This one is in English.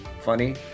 funny